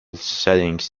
settings